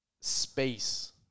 space